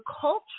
culture